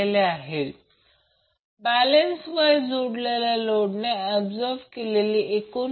आता समजा हे Vab आहे आणि हे VAN आहे आणि करंट VAN पासून ने लॅग करतो